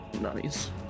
Nice